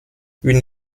une